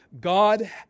God